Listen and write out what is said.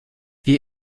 wir